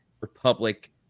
Republic